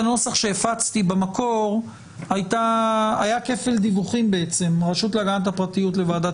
בנוסח שהפצתי במקור היה כפל דיווחים הרשות להגנת הפרטיות לוועדת